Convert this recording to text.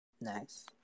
nice